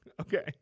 Okay